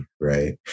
right